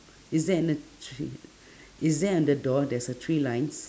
is there an~ three is there on the door there's a three lines